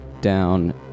down